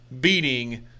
beating